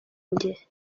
njye